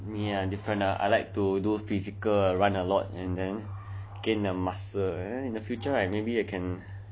me ah different ah I like to do physical ah run a lot and then ah gain the muscle ah and then right in future right maybe I can you know